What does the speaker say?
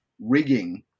rigging